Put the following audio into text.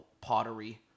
pottery